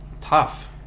Tough